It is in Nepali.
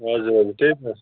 हजुर हजुर त्यही त